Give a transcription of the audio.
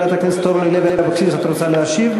חברת הכנסת אורלי לוי אבקסיס, את רוצה להשיב?